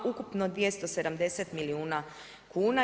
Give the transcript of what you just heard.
Ukupno 270 milijuna kuna.